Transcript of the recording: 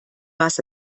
was